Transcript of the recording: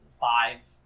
five